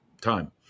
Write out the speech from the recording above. time